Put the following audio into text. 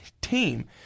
team